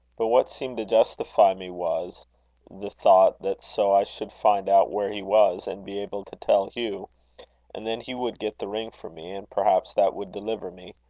but what seemed to justify me, was the thought that so i should find out where he was, and be able to tell hugh and then he would get the ring for me, and, perhaps that would deliver me.